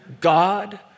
God